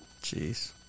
Jeez